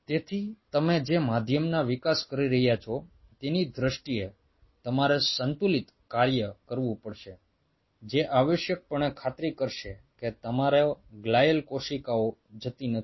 તેથી તમે જે માધ્યમનો વિકાસ કરી રહ્યા છો તેની દ્રષ્ટિએ તમારે સંતુલિત કાર્ય કરવું પડશે જે આવશ્યકપણે ખાતરી કરશે કે તમારો ગ્લિઅલ કોશિકાઓ જતી નથી